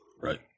Right